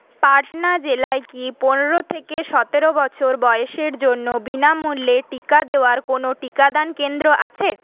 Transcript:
পাটনা জেলায় কি পনেরো থেকে সতেরো বছর বয়সের জন্য বিনামুল্যে টিকা দেওয়ার কোনও টিকাদান কেন্দ্র আছে